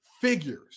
figures